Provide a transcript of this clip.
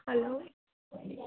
hello